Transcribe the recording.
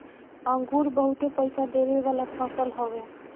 अंगूर बहुते पईसा देवे वाला फसल हवे